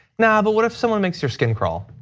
now, but what if someone makes your skin crawl?